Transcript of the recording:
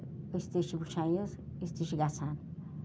أسۍ تہِ چھِ وُچھان یہِ أسۍ تہِ چھِ گژھان